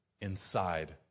inside